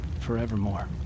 forevermore